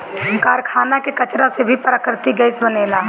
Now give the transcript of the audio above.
कारखाना के कचरा से भी प्राकृतिक गैस बनेला